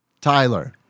Tyler